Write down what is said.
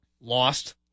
lost